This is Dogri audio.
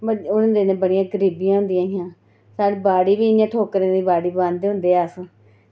उ'नें दिनें बड़ियां गरीबियां होंदियां हियां साढ़ी बाड़ी बी इ'यां ठौकरें दी बाड़ी बांह्दे हे अस